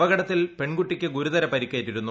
അപകടത്തിൽ പെൺകുട്ടിക്ക് ഗുരുതര പരിക്കേറ്റിരുന്നു